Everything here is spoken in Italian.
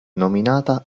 nominata